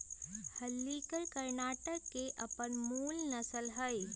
हल्लीकर कर्णाटक के अप्पन मूल नसल हइ